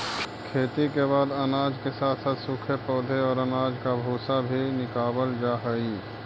खेती के बाद अनाज के साथ साथ सूखे पौधे और अनाज का भूसा भी निकावल जा हई